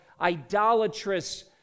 idolatrous